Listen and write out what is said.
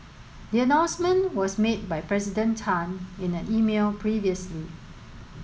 the announcement was made by President Tan in an email previously